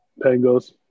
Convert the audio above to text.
Pangos